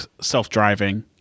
self-driving